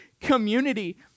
community